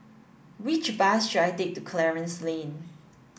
which bus should I take to Clarence Lane